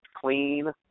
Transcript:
clean